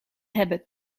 hebben